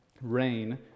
rain